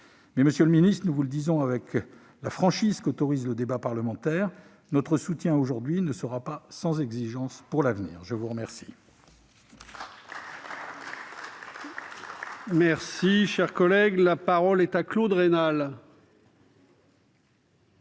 monsieur le ministre, nous vous le disons avec la franchise qu'autorise le débat parlementaire, notre soutien aujourd'hui ne sera pas sans exigences pour l'avenir. La parole